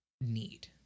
need